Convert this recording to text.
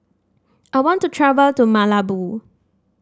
I want to travel to Malabo